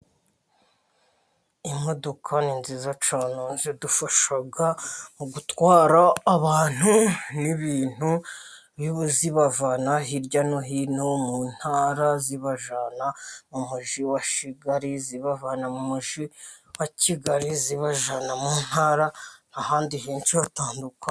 Imodokadu ni nziza cyane. Zidufasha mu abantu n'ibintu, zibavana hirya no hino mu ntara zibajyana mu mujyi wa Kigali, zibavana mu mujyi wa Kigali zibajyana mu ntara, n' ahandi henshi hatandukanye.